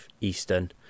Eastern